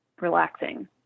relaxing